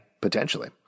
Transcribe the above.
potentially